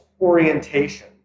orientation